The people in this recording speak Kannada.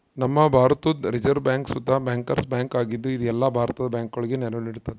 ನಮ್ಮ ಭಾರತುದ್ ರಿಸೆರ್ವ್ ಬ್ಯಾಂಕ್ ಸುತ ಬ್ಯಾಂಕರ್ಸ್ ಬ್ಯಾಂಕ್ ಆಗಿದ್ದು, ಇದು ಎಲ್ಲ ಭಾರತದ ಬ್ಯಾಂಕುಗುಳಗೆ ನೆರವು ನೀಡ್ತತೆ